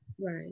Right